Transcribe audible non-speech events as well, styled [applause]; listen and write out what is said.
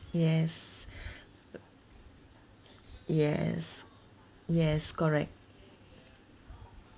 yes [breath] yes yes correct